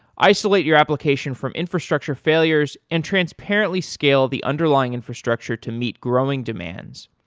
isolate your application from infrastructure failures and transparently scale the underlying infrastructure to meet growing demands,